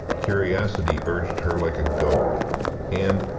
curiosity urged her like a goad and,